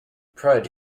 pride